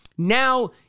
Now